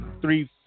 three